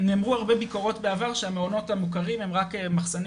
נאמרו הרבה ביקורות בעבר שהמעונות המכורים הם רק מחסנים